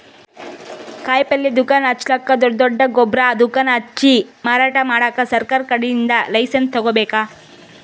ಕಾಯಿಪಲ್ಯ ದುಕಾನ್ ಹಚ್ಚಲಕ್ಕ್ ದೊಡ್ಡ್ ದೊಡ್ಡ್ ಗೊಬ್ಬರ್ ದುಕಾನ್ ಹಚ್ಚಿ ಮಾರಾಟ್ ಮಾಡಕ್ ಸರಕಾರ್ ಕಡೀನ್ದ್ ಲೈಸನ್ಸ್ ತಗೋಬೇಕ್